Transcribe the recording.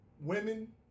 women